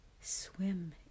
Swim